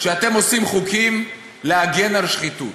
שאתם עושים חוקים להגן על שחיתות.